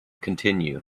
continue